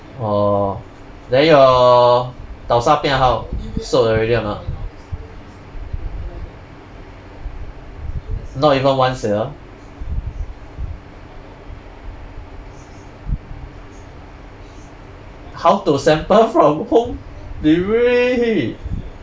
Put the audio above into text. orh then your tau sa piah how sold already or not not even one sell how to sample from home they really